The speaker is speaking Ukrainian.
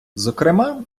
зокрема